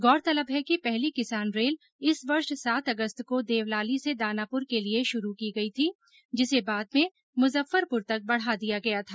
गौरतलब है कि पहली किसान रेल इस वर्ष सात अगस्त को देवलाली से दानापुर के लिए शुरू की गई थी जिसे बाद में मुजफ्फरपुर तक बढ़ा दिया गया था